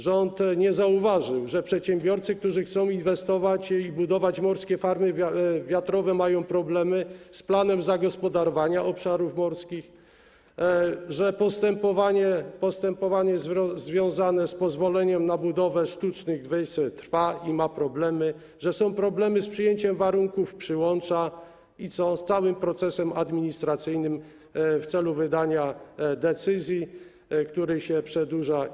Rząd nie zauważył, że przedsiębiorcy, którzy chcą inwestować i budować morskie farmy wiatrowe, mają problemy z planem zagospodarowania obszarów morskich, że postępowanie związane z pozwoleniem na budowę sztucznych wysp trwa i są problemy, że są problemy z przyjęciem warunków przyłącza i z całym procesem administracyjnym związanym z wydawaniem decyzji, który się przedłuża.